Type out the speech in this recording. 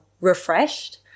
refreshed